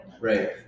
right